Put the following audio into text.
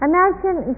Imagine